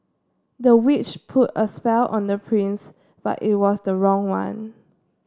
the witch put a spell on the prince but it was the wrong one